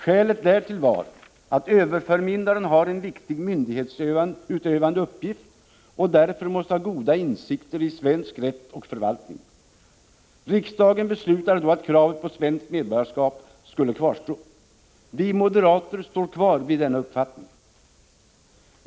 Skälet därtill var att överförmyndaren har en viktig myndighetsutövande uppgift och därför måste ha goda insikter i svensk rätt och förvaltning. Riksdagen beslutade då att kravet på svenskt medborgarskap skulle kvarstå. Vi moderater står kvar vid denna uppfattning.